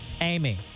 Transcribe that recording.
Amy